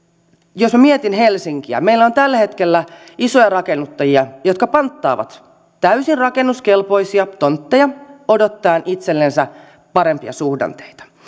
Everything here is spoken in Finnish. jos minä mietin helsinkiä meillä on tällä hetkellä isoja rakennuttajia jotka panttaavat täysin rakennuskelpoisia tontteja odottaen itsellensä parempia suhdanteita